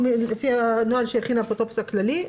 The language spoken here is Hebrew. לפי הנוהל שהכין האפוטרופוס הכללי,